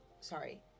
Sorry